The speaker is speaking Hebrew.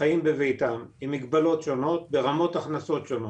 שחיים בביתם עם מגבלות שונות ורמות הכנסות שונות.